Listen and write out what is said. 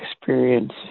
experience